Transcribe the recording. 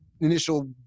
initial